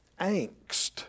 angst